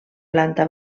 planta